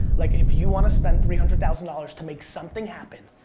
like, if you want to spend three hundred thousand dollars to make something happen,